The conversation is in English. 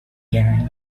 gang